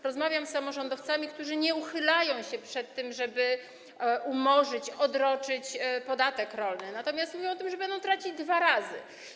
Rozmawiam z samorządowcami, którzy nie uchylają się od tego, żeby umorzyć czy odroczyć podatek rolny, natomiast mówią o tym, że będą tracić dwa razy.